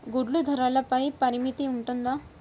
గుడ్లు ధరల పై పరిమితి ఉంటుందా?